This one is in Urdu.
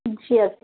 جی اوکے